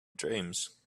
dreams